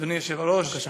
אדוני היושב בראש,